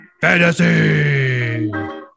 fantasy